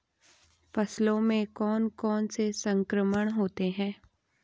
फसलों में कौन कौन से संक्रमण होते हैं?